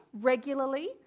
regularly